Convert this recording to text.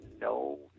no